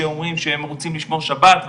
שאומרים שהם רוצים לשמור שבת,